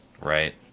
right